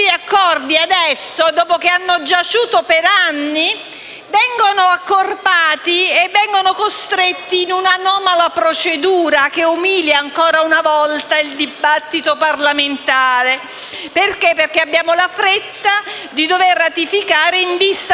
accordi, dopo aver giaciuto per anni, vengono accorpati e costretti in un'anomala procedura che umilia, ancora una volta, il dibattito parlamentare, perché abbiamo la fretta di dover ratificare in vista